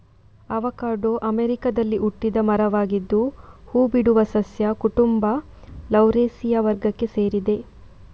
avocado ಅಮೆರಿಕಾದಲ್ಲಿ ಹುಟ್ಟಿದ ಮರವಾಗಿದ್ದು ಹೂ ಬಿಡುವ ಸಸ್ಯ ಕುಟುಂಬ ಲೌರೇಸಿಯ ವರ್ಗಕ್ಕೆ ಸೇರಿದೆ